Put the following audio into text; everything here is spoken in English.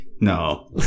No